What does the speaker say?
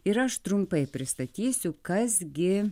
ir aš trumpai pristatysiu kas gi